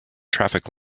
traffic